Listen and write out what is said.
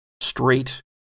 straight